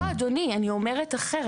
לא, אדוני, אני אומרת אחרת.